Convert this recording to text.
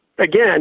Again